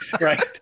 Right